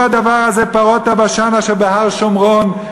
הדבר הזה פרות הבשן אשר בהר שמרון,